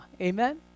Amen